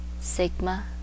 sigma